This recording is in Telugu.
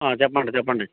చెప్పండి చెప్పండి